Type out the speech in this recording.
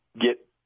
get